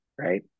right